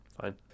Fine